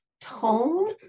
tone